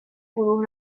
گروه